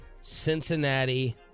Cincinnati